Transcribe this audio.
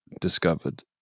discovered